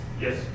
Yes